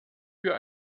für